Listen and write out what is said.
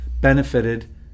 benefited